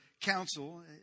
council